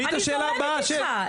אני זורמת איתך,